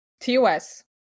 TOS